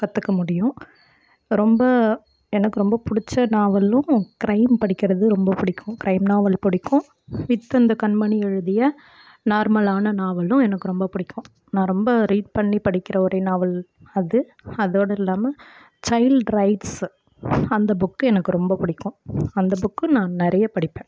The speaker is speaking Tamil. கற்றுக்க முடியும் ரொம்ப எனக்கு ரொம்ப பிடிச்ச நாவலும் கிரைம் படிக்கிறதும் ரொம்ப பிடிக்கும் கிரைம் நாவல் பிடிக்கும் வித் இந்த கண்மணி எழுதிய நார்மலான நாவலும் எனக்கு ரொம்ப பிடிக்கும் நான் ரொம்ப ரீட் பண்ணி படிக்கின்ற ஒரே நாவல் அது அதோடு இல்லாமல் சைல்ட் ரைட்ஸ் அந்த புக்கு எனக்கு ரொம்ப பிடிக்கும் அந்த புக்கும் நான் நிறைய படிப்பேன்